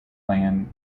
clan